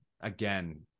again